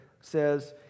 says